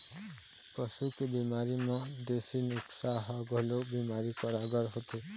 पशु के बिमारी म देसी नुक्सा ह घलोक भारी कारगार होथे